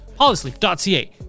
polysleep.ca